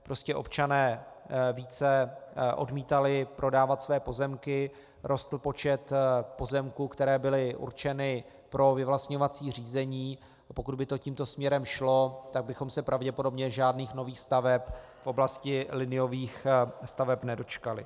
Prostě občané více odmítali prodávat své pozemky, rostl počet pozemků, které byly určeny pro vyvlastňovací řízení, a pokud by to tímto směrem šlo, tak bychom se pravděpodobně žádných nových staveb v oblasti liniových staveb nedočkali.